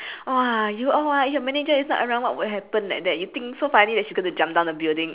!wah! you all ah eh your manager is not around what would happen like that you think so funny that she's going to jump down the building